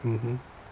mmhmm